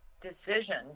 decision